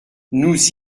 nous